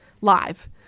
live